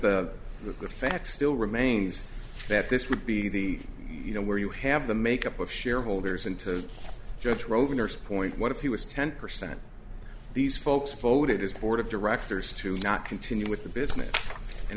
the the facts still remains that this would be the you know where you have the make up of shareholders and to judge rover nurse point what if he was ten percent these folks voted his board of directors to not continue with the business and